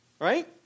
right